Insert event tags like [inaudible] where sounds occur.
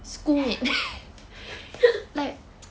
[laughs]